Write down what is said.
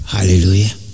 Hallelujah